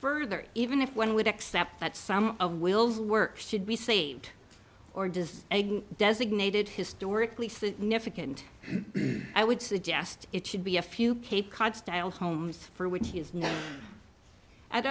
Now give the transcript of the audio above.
further even if one would accept that some of will's work should be saved or does designated historically significant i would suggest it should be a few cape cod style homes for which